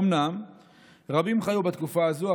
אומנם רבים חיו בתקופה הזו,